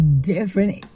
different